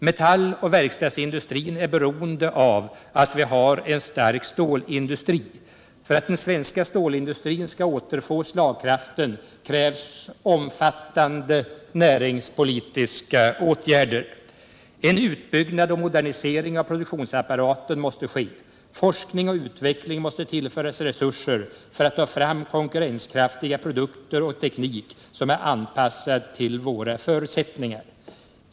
Metalloch verkstadsindustrin är beroende av att vi har en stark stålindustri. För att den svenska stål industrin skall återfå slagkraften krävs omfattande näringspolitiska åtgärder. En utbyggnad och modernisering av produktionsapparaten måste ske. Forskning och utveckling måste tillföras resurser för att ta fram nya konkurrenskraftiga produkter och en teknik som är anpassad till våra förutsättningar.